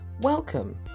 Welcome